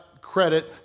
credit